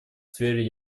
сфере